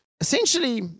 Essentially